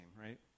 right